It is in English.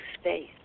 space